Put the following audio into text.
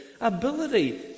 ability